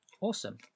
Awesome